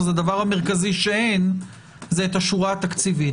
הדבר המרכזי שאין זה השורה התקציבית.